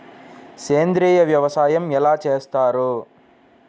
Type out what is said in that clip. సేంద్రీయ వ్యవసాయం ఎలా చేస్తారు?